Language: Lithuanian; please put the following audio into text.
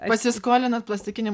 pasiskolinat plastikinį